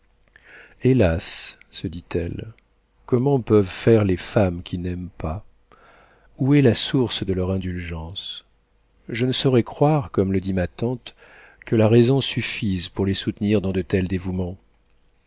hélas se dit-elle comment peuvent faire les femmes qui n'aiment pas où est la source de leur indulgence je ne saurais croire comme le dit ma tante que la raison suffise pour les soutenir dans de tels dévouements